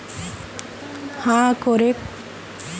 मुई अपना debit card गूम होबार रिपोर्ट करवा चहची